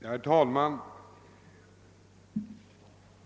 Herr talman!